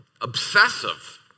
obsessive